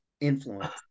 influence